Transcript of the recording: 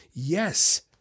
Yes